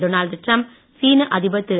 Donald Trump சீன அதிபர் திரு